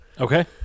Okay